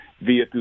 Via